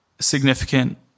significant